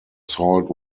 salt